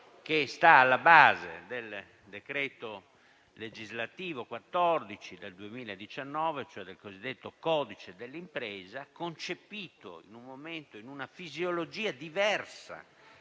che sta alla base del decreto legislativo n. 14 del 2019, ossia il cosiddetto codice della crisi d'impresa, concepito in un momento e in una fisiologia diversi